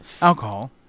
alcohol